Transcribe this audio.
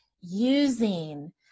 using